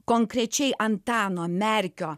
konkrečiai antano merkio